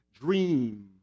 Dream